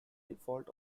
default